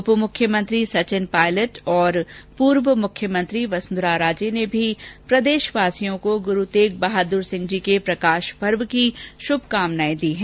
उप मुख्यमंत्री सचिन पायलट और पूर्व मुख्यमंत्री वसुंधरा राजे ने भी प्रदेशवासियों को गुरू तेग बहादुर सिंह के प्रकाश पर्व की शुभकामनाए दी हैं